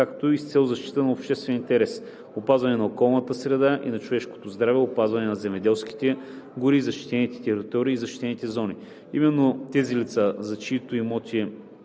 както и с цел защита на обществени интереси – опазване на околната среда и на човешкото здраве, опазване на земеделски, горски и защитени територии и защитени зони. Именно тези лица, за чиито имоти с